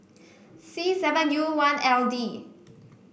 C seven U one L D